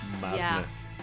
madness